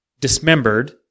dismembered